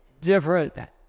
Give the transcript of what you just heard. different